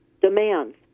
demands